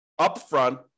upfront